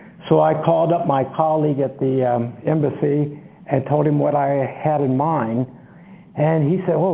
so i called up my colleague at the embassy and told him what i ah had in mind and he said, oh,